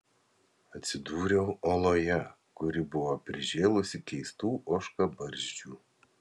atsidūriau oloje kuri buvo prižėlusi keistų ožkabarzdžių